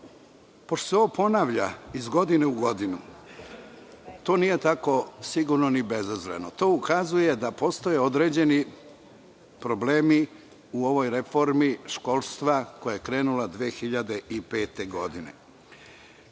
se ovo ponavlja iz godine u godinu, to nije tako sigurno ni bezazleno. To ukazuje da postoje određeni problemi u ovoj reformi školstva koja je krenula 2005. godine. Na